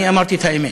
אני אמרתי את האמת.